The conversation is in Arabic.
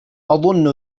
أظن